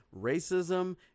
racism